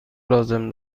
لازم